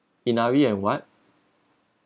in army and what